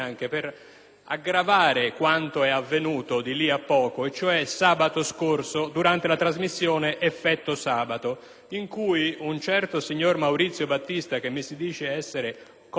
Senato su quanto avvenuto di lì a poco, cioè sabato scorso durante la trasmissione «Effetto sabato». Ebbene, un certo signor Maurizio Battista, che mi si dice essere un comico,